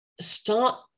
start